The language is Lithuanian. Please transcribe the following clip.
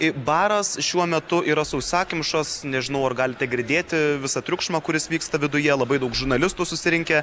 baras šiuo metu yra sausakimšas nežinau ar galite girdėti visą triukšmą kuris vyksta viduje labai daug žurnalistų susirinkę